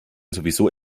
sowieso